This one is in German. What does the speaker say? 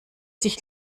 sich